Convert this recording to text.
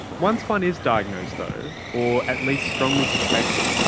once one is diagnosed though or at least strongly suspected,